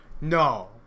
no